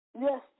Yes